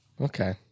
Okay